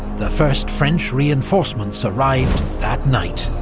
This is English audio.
the first french reinforcements arrived that night.